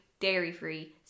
dairy-free